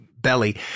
belly